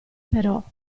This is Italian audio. però